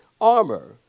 armor